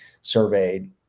surveyed